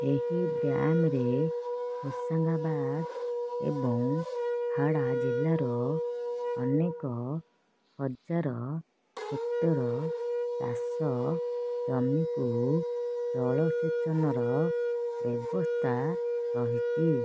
ଏହି ଡ୍ୟାମ୍ରେ ହୋଶାଙ୍ଗାବାଦ ଏବଂ ହାର୍ଡ଼ା ଜିଲ୍ଲାର ଅନେକ ହଜାର ହେକ୍ଟର ଚାଷ ଜମିକୁ ଜଳସେଚନର ବ୍ୟବସ୍ଥା ରହିଛି